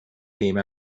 came